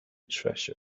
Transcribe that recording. treasure